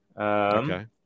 Okay